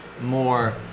more